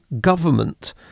government